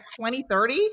2030